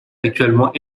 actuellement